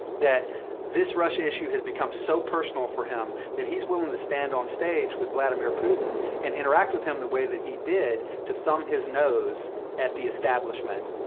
that this russia issue has become so personal for him that he's willing to stand on stage with vladimir putin and interact with him the way that he did, to thumb his nose at the establishment,